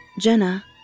Jenna